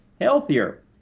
healthier